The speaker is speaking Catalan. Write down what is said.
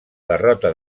derrota